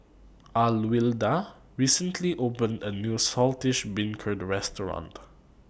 Alwilda recently opened A New Saltish Beancurd Restaurant